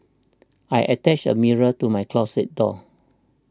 I attached a mirror to my closet door